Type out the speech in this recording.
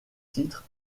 titres